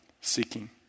seeking